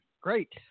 Great